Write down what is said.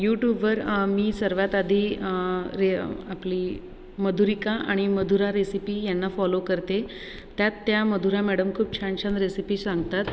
यूटूबवर आम्ही सर्वात आधी रे आपली मधुरिका आणि मधुरा रेसिपी यांना फॉलो करते त्यात त्या मधुरा मॅडम खूप छान छान रेसिपी सांगतात